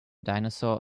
dinosaur